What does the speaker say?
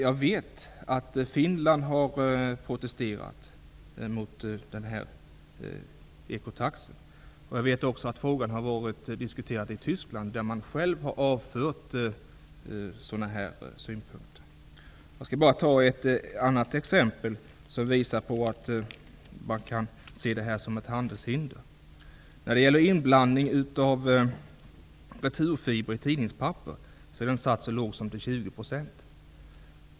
Jag vet att man i Finland har protesterat mot ECO taxen. Jag vet också att frågan har diskuterats i Tyskland, där man har avfört sådana här synpunkter. Jag skall ge ett exempel som visar att man kan se ECO-taxen som ett handelshinder. Inblandningen av returfiber i tidningspapper skall i Belgien vara så låg som 20 %.